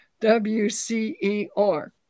W-C-E-R